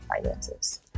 finances